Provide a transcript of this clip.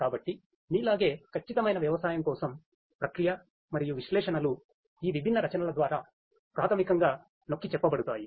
కాబట్టి మీలాగే సరఇన వ్యవసాయం కోసం ప్రక్రియ మరియు విశ్లేషణలు ఈ విభిన్న రచనల ద్వారా ప్రాథమికంగా నొక్కిచెప్పబడతాయి